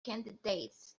candidates